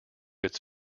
its